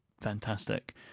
fantastic